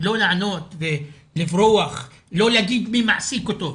לענות, ולברוח, לא להגיד מי מעסיק אותו,